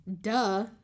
duh